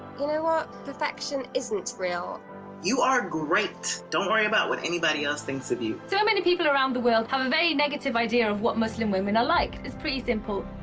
you know what, perfection isn't real you are great, don't worry about what anyone else thinks of you so many people around the world have a very negative idea of what muslim women are like. it's pretty simple,